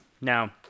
Now